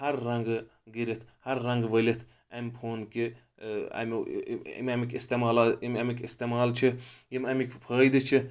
ہر رنٛگہٕ گرِتھ ہر رَنٛگہٕ ؤلِتھ امہِ فون کہِ امیُک امیُک اِستعمال امیُک استعمال چھِ یِم امِکۍ فٲیدٕ چھِ